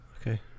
Okay